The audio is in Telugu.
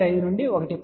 5 నుండి 1